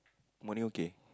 morning okay